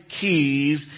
keys